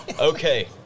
okay